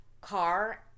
car